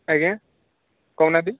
ଆଜ୍ଞା କହୁନାହାନ୍ତି